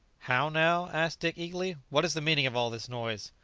how now? asked dick eagerly what is the meaning of all this noise?